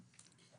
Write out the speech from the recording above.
בבקשה.